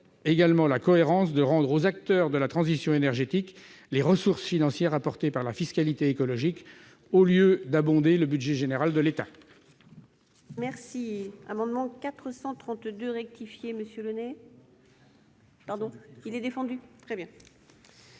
de la cohérence en rendant aux acteurs de la transition énergétique les ressources financières apportées par la fiscalité écologique au lieu de les laisser abonder le budget général de l'État